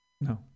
No